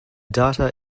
data